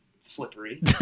slippery